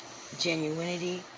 genuinity